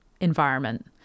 environment